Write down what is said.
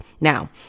now